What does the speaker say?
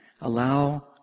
Allow